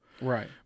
Right